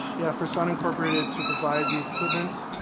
yeah for son incorporated to provide the equipment